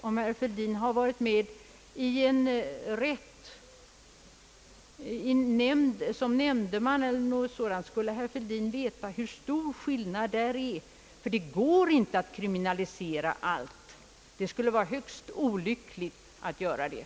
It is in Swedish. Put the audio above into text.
Om herr Fälldin suttit med i en domstol som nämndeman skulle herr Fälldin vetat att här föreligger en skillnad. Det går inte att kriminalisera allt. Det skulle vara högst olyckligt att göra det.